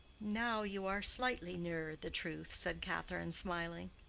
now you are slightly nearer the truth, said catherine, smiling.